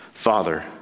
Father